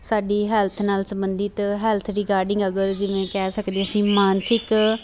ਸਾਡੀ ਹੈਲਥ ਨਾਲ ਸੰਬੰਧਿਤ ਹੈਲਥ ਰਿਗਾਰਡਿੰਗ ਅਗਰ ਜਿਵੇਂ ਕਹਿ ਸਕਦੇ ਅਸੀਂ ਮਾਨਸਿਕ